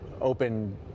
open